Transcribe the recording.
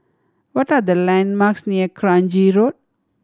what are the landmarks near Kranji Road